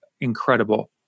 incredible